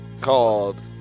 Called